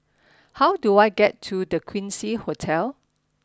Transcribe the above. how do I get to The Quincy Hotel